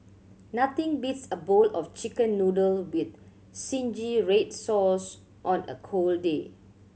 nothing beats a bowl of Chicken Noodle with zingy red sauce on a cold day